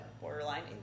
borderline